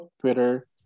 Twitter